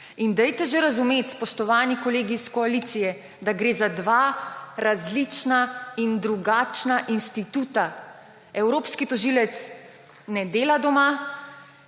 In dajte že razumeti, spoštovani kolegi iz koalicije, da gre za dva različna in drugačna instituta. Evropski tožilec ne dela doma,